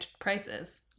prices